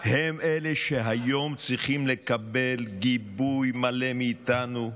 הם שהיום צריכים לקבל גיבוי מלא מאיתנו,